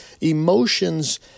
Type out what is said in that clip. emotions